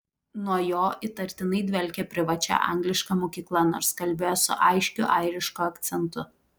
nuo jo įtartinai dvelkė privačia angliška mokykla nors kalbėjo su aiškiu airišku akcentu